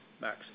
Max